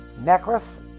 necklace